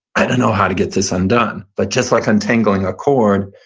i don't know how to get this undone. but just like untangling a cord,